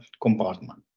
compartment